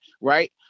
Right